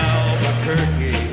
Albuquerque